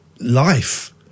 life